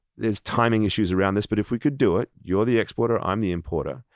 there's timing issues around this, but if we could do it, you're the exporter, i'm the importer,